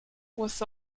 was